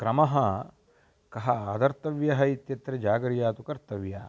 क्रमः कः आदर्तव्यः इत्यत्र जागर्या तु कर्तव्या